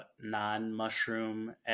non-mushroom